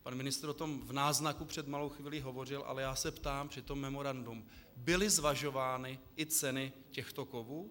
Pan ministr o tom v náznaku před malou chvílí hovořil, ale já se ptám při tom memorandu: Byly zvažovány i ceny těchto kovů?